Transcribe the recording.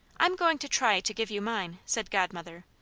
i'm going to try to give you mine, said godmother,